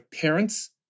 parents